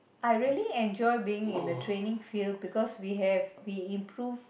I really enjoy being in the training field because we have we improve